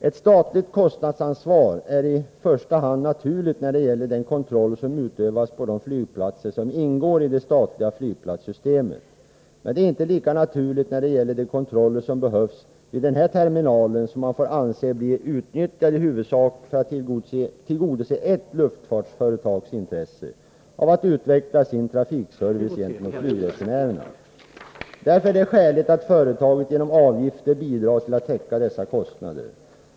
Ett statligt kostnadsansvar är i första hand naturligt när det gäller den kontroll som utövas på de flygplatser som ingår i det statliga flygplatssystemet. Men det är inte lika naturligt när det gäller de kontroller som behövs vid den här terminalen, som man får anse i huvudsak blir utnyttjad för att tillgodose ett luftfartsföretags intresse av att utveckla sin trafikservice gentemot flygresenärerna. Därför är det skäligt att företaget genom avgifter bidrar till att täcka dessa kostnader.